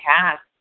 cast